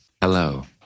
Hello